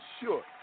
sure